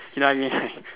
you know what I mean right